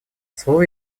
слово